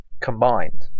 combined